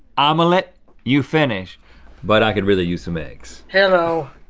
um omma-let you finish but i could really use some eggs. hello.